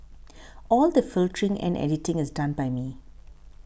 all the filtering and editing is done by me